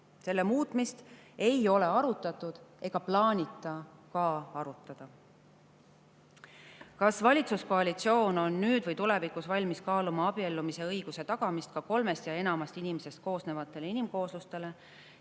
Selle muutmist ei ole arutatud ega ka plaanita arutada. Kas valitsuskoalitsioon on nüüd või tulevikus valmis kaaluma abiellumise õiguse tagamist ka kolmest ja enamast inimesest koosnevatele inimkooslustele